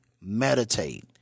Meditate